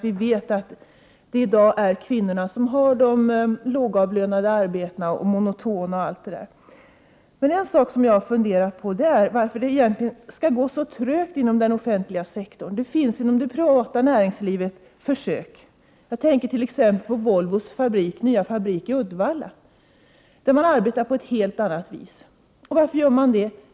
Vi vet att det är kvinnorna som i dag har de lågavlönade och monotona arbetena. Varför skall det egentligen gå så trögt inom den offentliga sektorn? Inom det privata näringslivet gör man försök. Jag tänker exempelvis på Volvos nya fabrik i Uddevalla där man arbetar på ett helt annat vis. Varför gör man det?